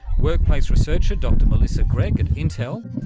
workplace researcher dr melissa gregg at intel,